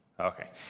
okay.